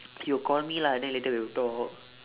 he would call me lah then later we will talk